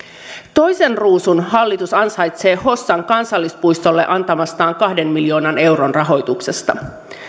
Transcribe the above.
toisen ruusun hallitus ansaitsee hossan kansallispuistolle antamastaan kahden miljoonan euron rahoituksesta